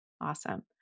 Awesome